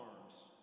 arms